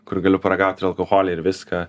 kur galiu paragauti ir alkoholio ir viską